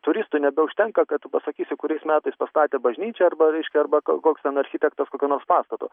turistui nebeužtenka kad tu pasakysi kuriais metais pastatė bažnyčią arba reiškia arba ko koks ten architektas kokio nors pastato